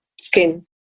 skin